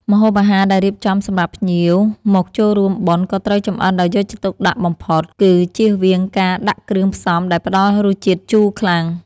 ម្ហូបអាហារដែលរៀបចំសម្រាប់ភ្ញៀវមកចូលរួមបុណ្យក៏ត្រូវចម្អិនដោយយកចិត្តទុកដាក់បំផុត គឺជៀសវាងការដាក់គ្រឿងផ្សំដែលផ្តល់រសជាតិជូរខ្លាំង។